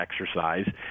exercise